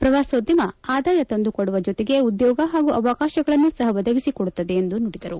ಪ್ರವಾಸೋದ್ಧಮ ಆದಾಯ ತಂದುಕೊಡುವ ಜೊತೆಗೆ ಉದ್ಯೋಗ ಹಾಗೂ ಅವಕಾಶಗಳನ್ನು ಸಹ ಒದಗಿಸಿಕೊಡುತ್ತದೆ ಎಂದು ನುಡಿದರು